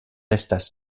estas